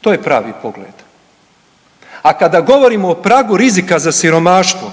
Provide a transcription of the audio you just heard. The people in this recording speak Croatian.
To je pravi pogled. A kada govorimo o pragu rizika za siromaštvo,